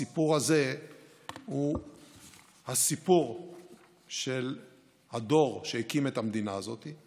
הסיפור הזה הוא הסיפור של הדור שהקים את המדינה הזאת,